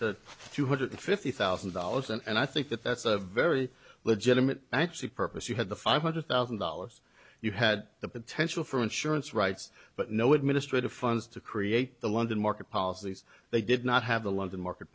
to two hundred fifty thousand dollars and i think that that's a very legitimate actually purpose you had the five hundred thousand dollars you had the potential for insurance rights but no administrative funds to create the london market policies they did not have the london market